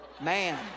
man